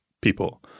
people